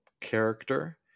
character